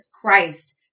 christ